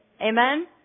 amen